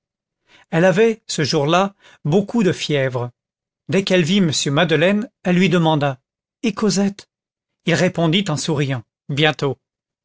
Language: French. elle avait ce jour-là beaucoup de fièvre dès qu'elle vit m madeleine elle lui demanda et cosette il répondit en souriant bientôt